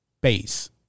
base